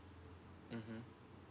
mmhmm